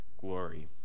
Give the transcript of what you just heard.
glory